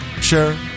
share